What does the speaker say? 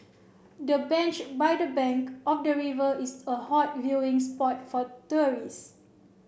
the bench by the bank of the river is a hot viewing spot for tourists